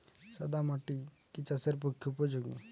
সাদা মাটি কি চাষের পক্ষে উপযোগী?